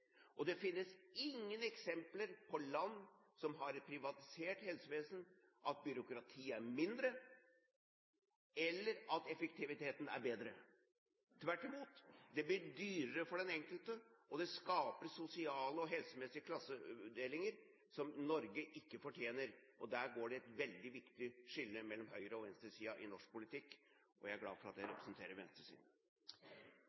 Og det finnes ingen eksempler fra land som har et privatisert helsevesen, på at byråkratiet er mindre, eller at effektiviteten er bedre. Tvert imot: Det blir dyrere for den enkelte, og det skaper sosiale og helsemessige klassedelinger, som Norge ikke fortjener. Der går det et veldig viktig skille mellom høyre- og venstresiden i norsk politikk, og jeg er glad for at jeg